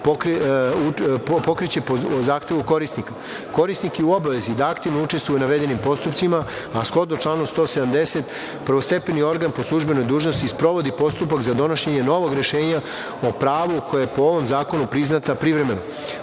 pokreće po zahtevu korisnika. Korisnik je u obavezi da aktivno učestvuje u navedenim postupcima, a shodno članu 170. prvostepeni organ po službenoj dužnosti sprovodi postupak za donošenje novog rešenja o pravu koje je po ovom zakonu priznata privremeno. Ukoliko